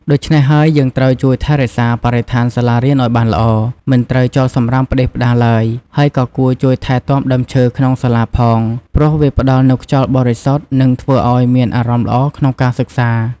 ដូច្នេះហើយយើងត្រូវជួយថែរក្សាបរិស្ថានសាលារៀនឱ្យបានល្អ មិនត្រូវចោលសំរាមផ្តេសផ្តាស់ឡើយហើយក៏គួរជួយថែទាំដើមឈើក្នុងសាលាផងព្រោះវាផ្តល់នូវខ្យល់បរិសុទ្ធនិងធើ្វឱ្យមានអារម្មណ៍ល្អក្នុងការសិក្សា។